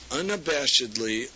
unabashedly